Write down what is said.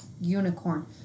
unicorn